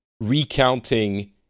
recounting